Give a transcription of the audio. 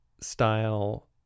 style